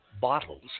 bottles